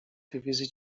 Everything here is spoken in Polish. dywizji